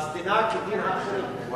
אז תנהג כדין האחרים.